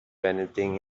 anything